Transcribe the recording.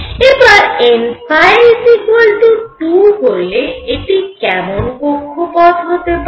এবার n2 হলে এটি কেমন কক্ষপথ হতে পারে